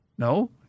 No